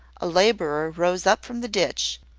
a labourer rose up from the ditch,